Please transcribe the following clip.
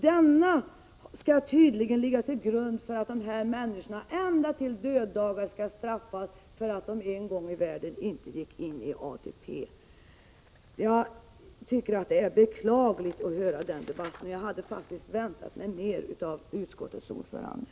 Denna filosofi skall tydligen ligga till grund för att dessa människor ända till döddagar skall straffas för att de en gång i världen inte gick in i ATP-systmet. Det är beklagligt att behöva höra den debatten. Jag hade faktiskt väntat mig mer av utskottets ordförande.